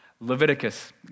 Leviticus